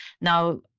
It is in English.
now